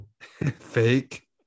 Fake